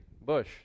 bush